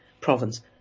province